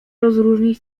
rozróżnić